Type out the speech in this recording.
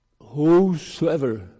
Whosoever